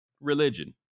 religion